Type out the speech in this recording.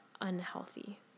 unhealthy